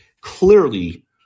clearly